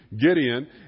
Gideon